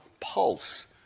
pulse